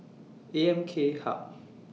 A M K Hub